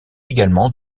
également